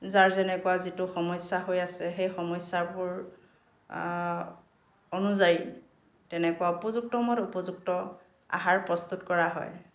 যাৰ যেনেকুৱা যিটো সমস্যা হৈ আছে সেই সমস্যাবোৰ অনুযায়ী তেনেকুৱা উপযুক্ত উপযুক্ত আহাৰ প্ৰস্তুত কৰা হয়